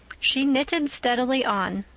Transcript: she knitted steadily on.